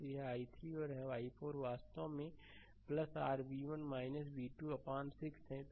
तो यह i3 है और i4 वास्तव में r v1 v2 अपान 6 है